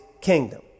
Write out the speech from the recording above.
kingdom